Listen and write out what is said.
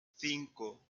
cinco